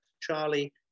Charlie